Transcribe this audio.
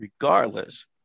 regardless